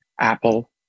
Apple